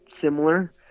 similar